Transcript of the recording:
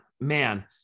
man